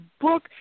book